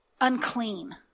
unclean